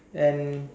and